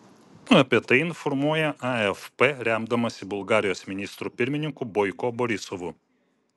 apie tai informuoja afp remdamasi bulgarijos ministru pirmininku boiko borisovu